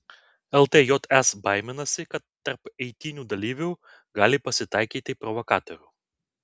ltjs baiminasi kad tarp eitynių dalyvių gali pasitaikyti provokatorių